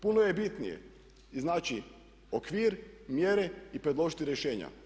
Puno je bitnije iznaći okvir, mjere i predložiti rješenja.